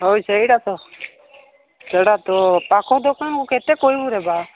ହଉ ସେଇଟା ତ ସେଇଟା ତ ପାଖ ଦୋକାନ କେତେ କହିବୁ ଏକା